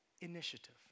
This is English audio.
initiative